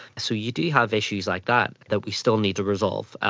so you do have issues like that that we still need to resolve.